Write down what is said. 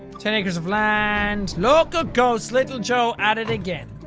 technics of land. local ghost little joe at it again!